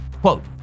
quote